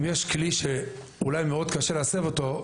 אם יש כלי שאולי מאוד קשה להסב אותו,